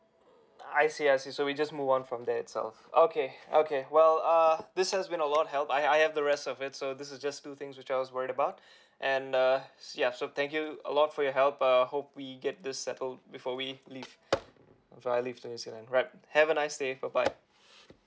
I see I see so we just move on from there itself okay okay well uh this has been a lot of help I I have the rest of it so this is just two things which I was worried about and uh ya so thank you a lot for your help uh hope we get this settled before we leave before I leave to new zealand right have a nice day bye bye